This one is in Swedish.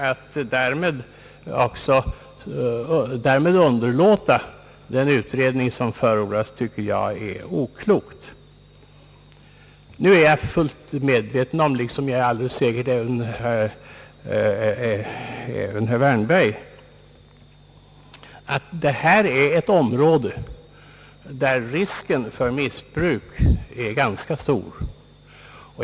Att fördenskull underlåta den utredning, som här förordas, tycker jag dock vore oklokt. Nu är jag fullt medveten om — vilket jag även är säker på torde vara fallet med herr Wärnberg — att detta är ett område, där risken för missbruk är ganska stor.